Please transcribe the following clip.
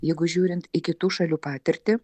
jeigu žiūrint į kitų šalių patirtį